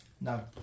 No